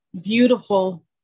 beautiful